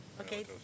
Okay